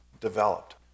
developed